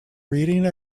reading